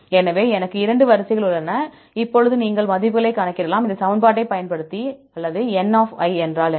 எனவே எனக்கு 2 வரிசைகள் உள்ளன இப்போது நீங்கள் மதிப்புகளை கணக்கிடலாம் இந்த சமன்பாட்டைப் பயன்படுத்தி அல்லது n என்றால் என்ன